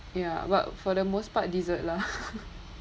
ya but for the most part dessert lah